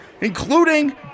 including